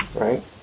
right